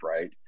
right